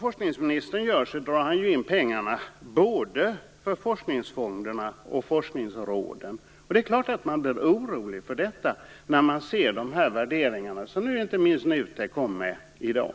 Forskningsministern drar ju in pengarna både från forskningsfonderna och från forskningsråden. Det är klart att man blir orolig när man ser dessa värderingar som inte minst NUTEK ger uttryck för i dag.